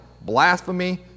blasphemy